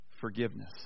Forgiveness